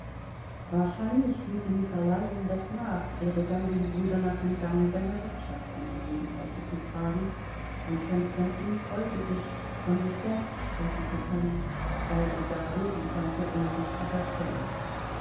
wahrscheinlich fühlte nikolai ihm das nach er begann den bruder nach dem gange seiner wirtschaftsangelegenheiten zu fragen und konstantin freute sich von sich selbst sprechen zu können weil er da reden konnte ohne sich zu verstellen